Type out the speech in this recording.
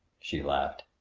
she laughed.